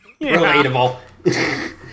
Relatable